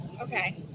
okay